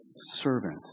Servant